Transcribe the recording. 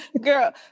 Girl